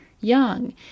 young